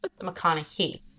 mcconaughey